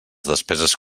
despeses